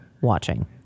watching